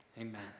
amen